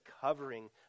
covering